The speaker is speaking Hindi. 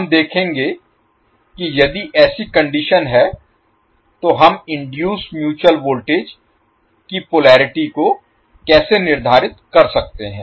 हम देखेंगे कि यदि ऐसी कंडीशन है तो हम इनडुइस म्यूचुअल वोल्टेज की पोलेरिटी को कैसे निर्धारित कर सकते हैं